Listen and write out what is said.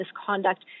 misconduct